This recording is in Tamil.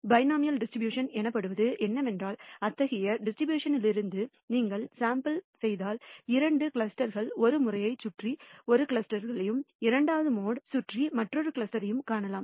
பைமோடல் டிஸ்ட்ரிபியூஷன் எனப்படுவது என்னவென்றால் அத்தகைய டிஸ்ட்ரிபியூஷன் லிருந்து நீங்கள் சாம்பிள் செய்தால் இரண்டு கிளஸ்டர்களை ஒரு முறையைச் சுற்றி ஒரு கிளஸ்டர்களையும் இரண்டாவது மோடு சுற்றி மற்றொரு கிளஸ்டரையும் காணலாம்